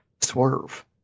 swerve